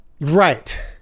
Right